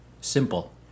simple